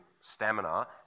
stamina